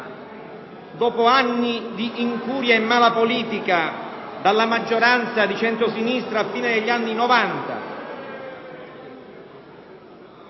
dopo anni di incuria e mala politica dalla maggioranza di centrosinistra alla fine degli anni '90...